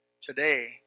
Today